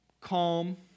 calm